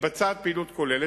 מתבצעת פעילות כוללת,